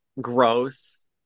gross